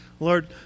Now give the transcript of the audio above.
Lord